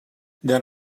then